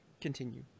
Continue